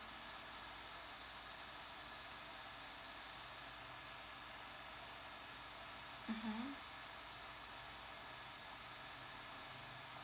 mmhmm